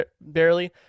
barely